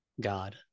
God